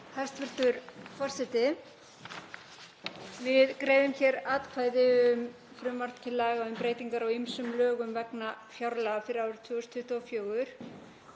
Hæstv. forseti. Við greiðum hér atkvæði um frumvarp til laga um breytingar á ýmsum lögum vegna fjárlaga fyrir árið 2024.